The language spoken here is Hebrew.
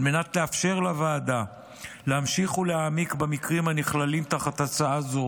על מנת לאפשר לוועדה להמשיך ולהעמיק במקרים הנכללים תחת הצעה זו